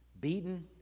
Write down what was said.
Beaten